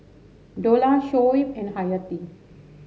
Dollah Shoaib and Hayati